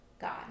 God